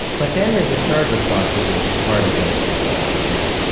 but then there's a third response which is at the heart of winners take all, which is,